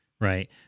Right